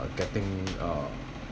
getting uh